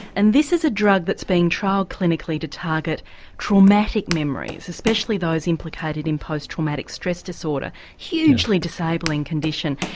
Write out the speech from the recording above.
and this is a drug that is being trialled clinically to target traumatic memories, especially those implicated in post-traumatic stress disorder, a hugely disabling condition.